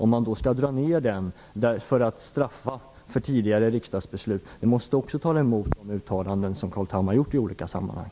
Skall det dras ned på den för att straffa för tidigare riksdagsbeslut? Det måste också tala emot de uttalanden som Carl Tham har gjort i olika sammanhang.